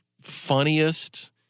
funniest